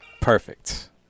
perfect